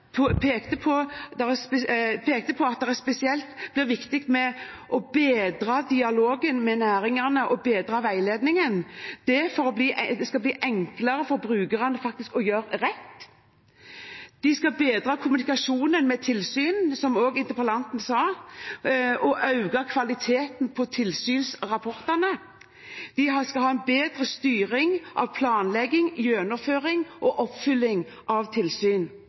pekte på at det spesielt blir viktig med bedre dialog med næringene og bedre veiledning – det skal bli enklere for brukerne å gjøre rett bedre kommunikasjon på tilsyn, som også interpellanten sa, og økt kvalitet på tilsynsrapportene bedre styring av planlegging, gjennomføring og oppfølging av tilsyn